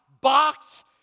Box